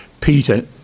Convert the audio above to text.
Peter